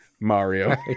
Mario